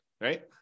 right